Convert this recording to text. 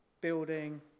building